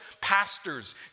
pastors